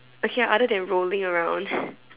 okay ah other than rolling around